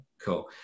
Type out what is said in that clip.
Cool